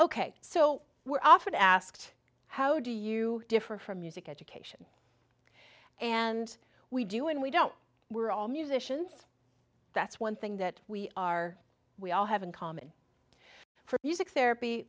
ok so we're often asked how do you differ from music education and we do and we don't we're all musicians that's one thing that we are we all have in common for music therapy